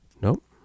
Nope